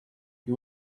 you